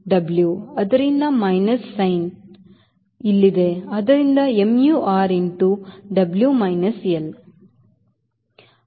ಆದ್ದರಿಂದ minus sin ಇಲ್ಲಿದೆ ಆದ್ದರಿಂದ mu R into W minus l